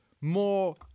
more